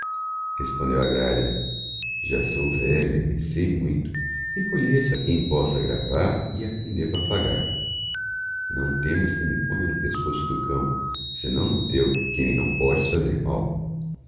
respondeo a gralha jà sou velha e sei muito e conheço a quem posso aggravar e a quem devo affagar não temas que me ponha no pescoço do cão senão no leu que me não podes fazer mal